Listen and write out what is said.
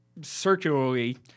circularly